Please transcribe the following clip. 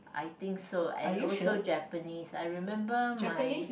I think so and also Japanese I remember my